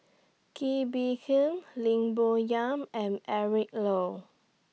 Kee Bee Khim Lim Bo Yam and Eric Low